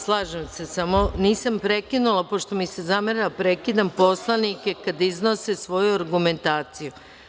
Samo nisam prekinula, pošto mi se zamera da prekidam poslanike kada iznose svoju argumentaciju.